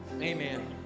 amen